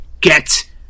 get